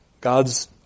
God's